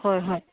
হয় হয়